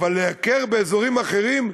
אבל לייקר באזורים אחרים,